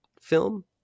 film